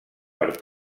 per